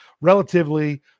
relatively